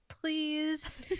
please